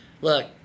look